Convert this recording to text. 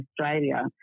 Australia